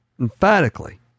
emphatically